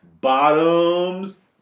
bottoms